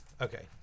Okay